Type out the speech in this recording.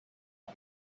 you